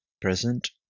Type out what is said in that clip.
present